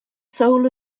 soul